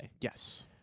Yes